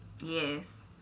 Yes